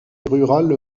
rurale